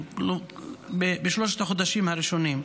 שלושת החודשים הראשונים.